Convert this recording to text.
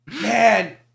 Man